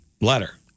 letter